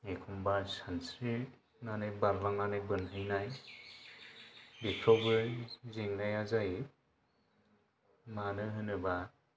एखम्बा सानस्रिनानै बारलांनानै बोनहैनाय बेफोरावबो जेंनाया जायो मानो होनोबा